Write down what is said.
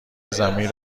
زمین